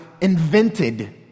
invented